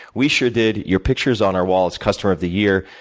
we sure did. your pictures on our wall as customer of the year.